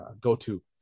go-to